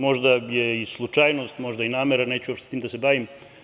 Možda je i slučajnost, možda je i namera, neću uopšte s tim da se bavim.